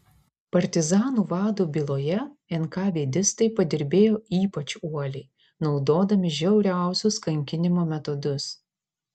partizanų vado byloje enkavėdistai padirbėjo ypač uoliai naudodami žiauriausius kankinimo metodus